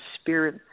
spirit